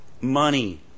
money